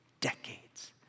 decades